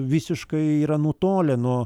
visiškai yra nutolę nuo